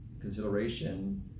consideration